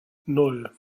nan